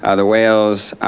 ah the whales,